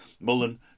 Mullen